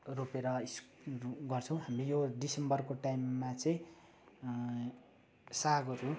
रोपेर स्कुस गर्छौँ हामीले यो डिसेम्बरको टाइममा चाहिँ सागहरू